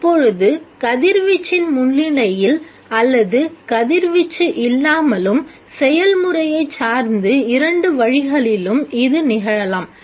இப்பொழுது கதிர்வீச்சின் முன்னிலையில் அல்லது கதிர்வீச்சு இல்லாமலும் செயல்முறையைச் சார்ந்து இரண்டு வழிகளிலும் இது நிகழலாம்